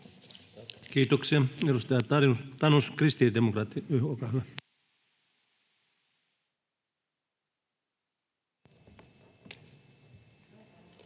kiitoksia.